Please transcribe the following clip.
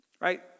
Right